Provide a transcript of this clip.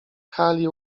kali